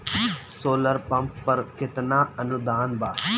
Solar pump पर केतना अनुदान बा?